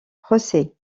procès